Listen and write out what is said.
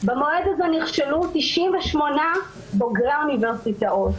ובמועד הזה נכשלו 98 מבוגרי האוניברסיטאות.